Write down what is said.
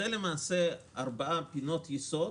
זה ארבע פינות יסוד